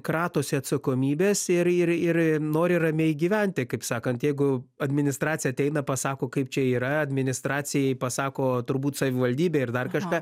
kratosi atsakomybės ir ir ir nori ramiai gyventi kaip sakant jeigu administracija ateina pasako kaip čia yra administracijai pasako turbūt savivaldybė ir dar kažką